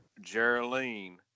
geraldine